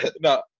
no